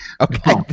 Okay